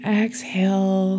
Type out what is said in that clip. exhale